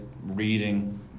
reading